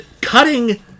cutting